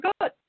good